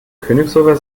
königshofer